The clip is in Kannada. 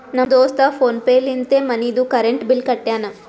ನಮ್ ದೋಸ್ತ ಫೋನ್ ಪೇ ಲಿಂತೆ ಮನಿದು ಕರೆಂಟ್ ಬಿಲ್ ಕಟ್ಯಾನ್